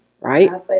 right